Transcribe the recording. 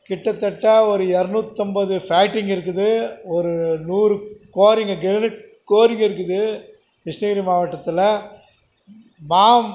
கிட்டத்தட்ட ஒரு இரனூத்தம்பது ஃபேக்ட்ரிங்கள் இருக்குது ஒரு நூறு குவாரிங்கள் கிரேனைட் குவாரிங்கள் இருக்குது கிருஷ்ணகிரி மாவட்டத்தில் பாம்